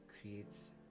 creates